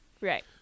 Right